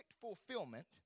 fulfillment